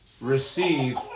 receive